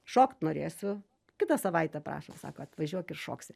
šokt norėsiu kitą savaitę prašom sako atvažiuok ir šoksi